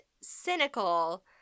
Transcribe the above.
cynical